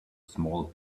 small